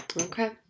Okay